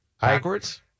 backwards